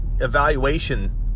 evaluation